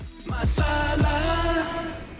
Masala